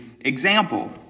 example